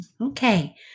Okay